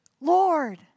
Lord